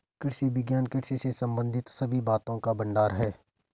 कृषि विज्ञान कृषि से संबंधित सभी बातों का भंडार है